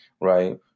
right